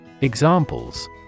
Examples